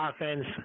offense